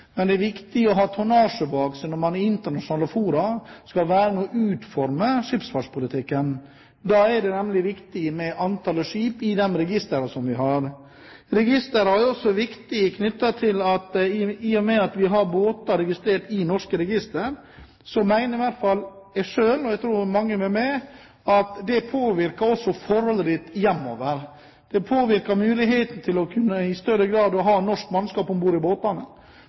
men det er viktig å ha tonnasje bak seg når man i internasjonale fora skal være med og utforme skipsfartspolitikken. Da er antall skip i de registrene vi har, nemlig viktig. Registrene er også viktige fordi det å ha båter registrert i norske registre også påvirker forholdet ditt hjemover – det mener i hvert fall jeg selv, og jeg tror mange med meg. Det påvirker muligheten til i større grad å kunne ha norsk mannskap om bord i